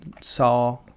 saw